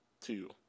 two